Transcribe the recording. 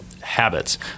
Habits